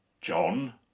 John